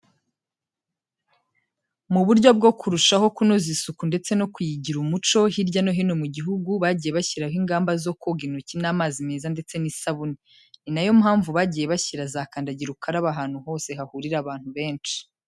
Mu buryo bwo kurushaho kunoza isuku ndetse no kuyigira umuco, hirya no hino mu gihugu bagiye bashyiraho ingamba zo koga intoki n'amazi meza ndetse n'isabune. Ni na yo mpamvu bagiye bashyira za kandagira ukarabe ahantu hose hahurira abantu benshi.